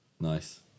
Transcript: Nice